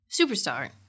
Superstar